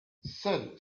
seuls